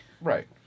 right